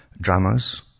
dramas